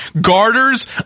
garters